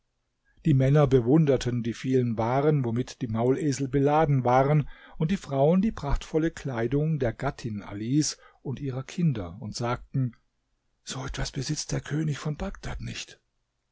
die männer bewunderten die vielen waren womit die maulesel beladen waren und die frauen die prachtvolle kleidung der gattin alis und ihrer kinder und sagten so etwas besitzt der könig von bagdad nicht